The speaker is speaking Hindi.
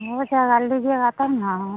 हो जाएगा अगर लीजिएगा तब ना